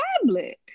tablet